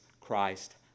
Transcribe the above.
Christ